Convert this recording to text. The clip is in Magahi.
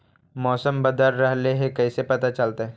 मौसम बदल रहले हे इ कैसे पता चलतै?